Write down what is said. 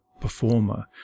performer